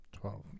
Twelve